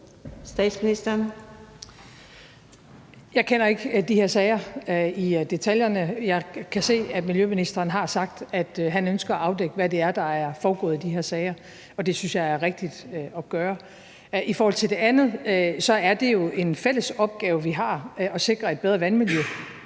Jeg kender ikke de her sager i detaljer. Jeg kan se, at miljøministeren har sagt, at han ønsker at afdække, hvad det er, der er foregået i de her sager, og det synes jeg er rigtigt at gøre. I forhold til det andet vil jeg sige, at det er en fælles opgave, vi har, at sikre et bedre vandmiljø